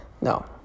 no